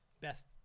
best